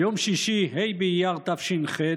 ביום שישי, ה' באייר תש"ח,